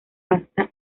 pasta